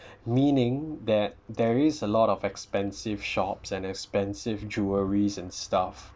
meaning that there is a lot of expensive shops and expensive jewelleries and stuff